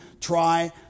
try